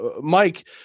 Mike